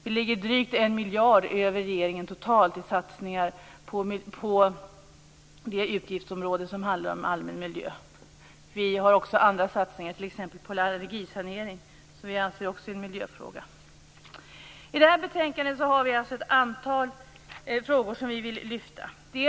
Vi ligger drygt en miljard över regeringen totalt i satsningar på det utgiftsområde som gäller allmän miljö. Vi har andra satsningar, t.ex. allergisanering som vi också anser är en miljöfråga. I det här betänkandet är det ett antal frågor som vi vill lyfta fram.